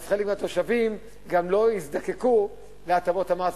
אז חלק מהתושבים גם לא יזדקקו להטבות המס,